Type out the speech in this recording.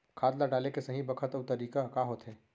खाद ल डाले के सही बखत अऊ तरीका का होथे?